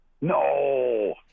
no